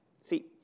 See